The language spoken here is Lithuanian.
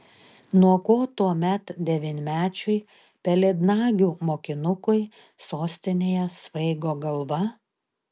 nuo ko tuomet devynmečiui pelėdnagių mokinukui sostinėje svaigo galva